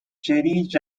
cherries